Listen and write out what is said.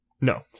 No